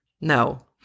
no